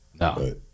no